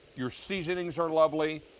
your seasonings are lovely.